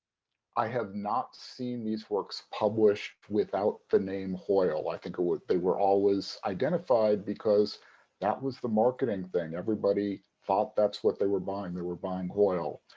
i have not seen these works published without the name hoyle. i think it would they were always identified because that was the marketing thing. everybody thought that's what they were buying. they were buying hoyle.